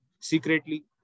secretly